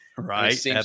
Right